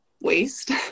waste